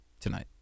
tonight